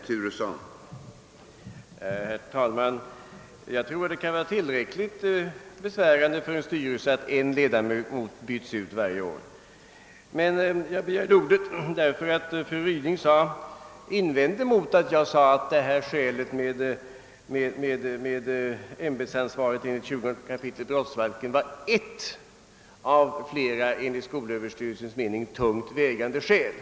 Herr talman! Jag tror att det kan vara tillräckligt besvärande för en styrelse att en ledamot byts ut varje år. Jag begärde närmast ordet därför att fru Ryding invände mot att jag sade att skälet med ämbetsansvaret enligt 20 kap. brottsbalken var ett av flera, enligt skolöverstyrelsens mening tungt vägande skäl.